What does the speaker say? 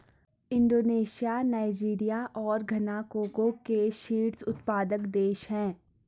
Indonesia Nigeria और Ghana cocoa के शीर्ष उत्पादक देश हैं